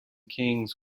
kings